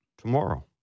tomorrow